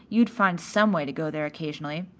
you'd find some way to go there occasionally.